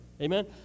Amen